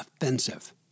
offensive